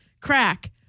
crack